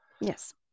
Yes